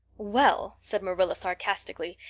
well, said marilla sarcastically,